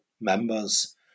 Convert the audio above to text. members